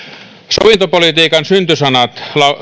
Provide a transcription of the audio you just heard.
sovintopolitiikan syntysanat